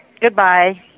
Goodbye